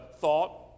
thought